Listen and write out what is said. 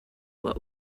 what